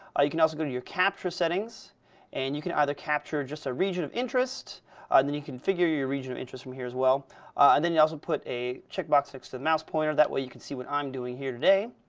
ah you can also go to your capture settings and you can either capture just a region of interest and then you configure your region of interest from here as well and then you also put a checkbox next to the mouse pointer that way you can see what i'm doing here today.